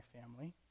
family